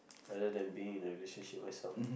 rather than being in a relationship myself